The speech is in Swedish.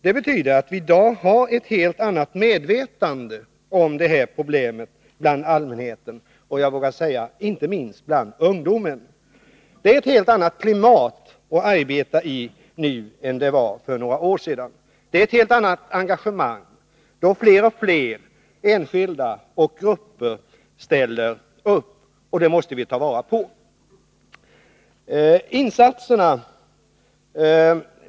Det betyder att vi i dag har ett helt annat medvetande om de här problemen bland allmänheten och, vågar jag säga, inte minst bland ungdomen. Det är nu ett helt annat klimat att arbeta i än det var för några år sedan. Det är ett helt annat engagemang, och fler och fler enskilda och grupper ställer upp. Det måste vi ta vara på.